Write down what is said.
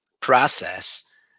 process